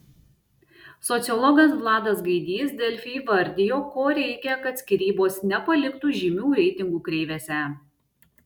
sociologas vladas gaidys delfi įvardijo ko reikia kad skyrybos nepaliktų žymių reitingų kreivėse